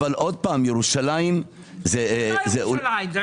אבל שוב, ירושלים- - זה לא רק מירושלים.